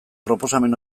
proposamen